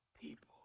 people